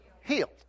Healed